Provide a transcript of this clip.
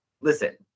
listen